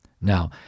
now